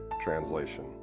Translation